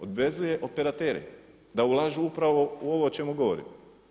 Obvezuje operatere da ulažu upravo u ovo o čemu govorim.